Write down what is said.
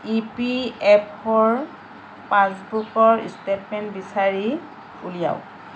ই P F অ'ৰ পাছবুকৰ statement বিচাৰি উলিয়াওক